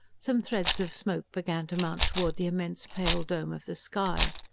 some threads of smoke began to mount towards the immense pale dome of the sky.